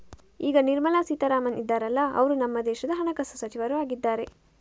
ಈಗ ನಿರ್ಮಲಾ ಸೀತಾರಾಮನ್ ಇದಾರಲ್ಲ ಅವ್ರು ನಮ್ಮ ದೇಶದ ಹಣಕಾಸು ಸಚಿವರು ಆಗಿದ್ದಾರೆ